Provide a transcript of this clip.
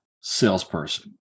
salesperson